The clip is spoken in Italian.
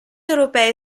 europei